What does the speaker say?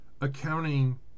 accounting